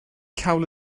cawl